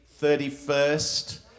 31st